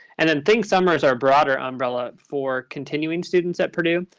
and and think summer is our broader umbrella for continuing students at purdue.